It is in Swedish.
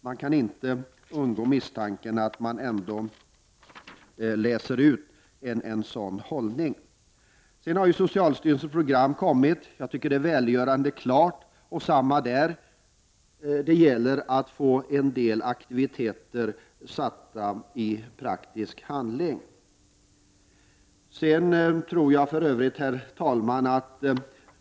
Det går inte att undgå misstanken att man läser ut en sådan hållning. Socialstyrelsens program har kommit. Jag tycker att det är välgörande klart. Samma sak gäller där — det gäller att få det omsatt i praktisk handling. Herr talman!